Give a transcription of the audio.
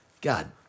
God